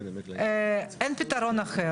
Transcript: אין פתרון אחר.